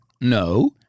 No